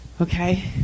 okay